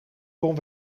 kon